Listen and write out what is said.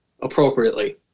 appropriately